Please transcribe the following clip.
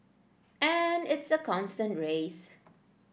and it's a constant race